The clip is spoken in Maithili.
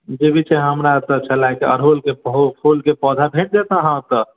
देवी के यहाँ हमरा सऽ छलै अरहूल के बहुत फूल के पौधा भेट जायत अहाँ ओतय